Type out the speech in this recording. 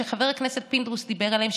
שחבר הכנסת פינדרוס דיבר עליהם,